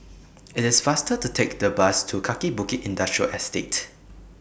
IT IS faster to Take The Bus to Kaki Bukit Industrial Estate